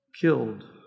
killed